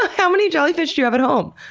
how many jellyfish do you have at home?